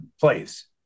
place